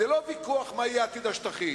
זה לא ויכוח מה יהיה עתיד השטחים,